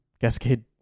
cascade